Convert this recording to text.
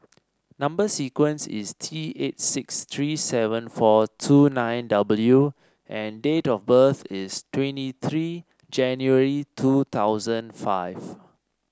number sequence is T eight six three seven four two nine W and date of birth is twenty three January two thousand five